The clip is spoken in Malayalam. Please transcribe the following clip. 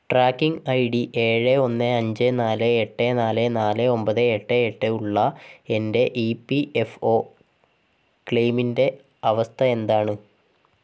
ട്രാക്കിംഗ് ഐ ടി ഏഴ് ഒന്ന് അഞ്ച് നാല് എട്ട് നാല് നാല് ഒൻപത് എട്ട് എട്ട് ഉള്ള എൻ്റെ ഇ പി എഫ് ഒ ക്ലെയിമിൻ്റെ അവസ്ഥ എന്താണ്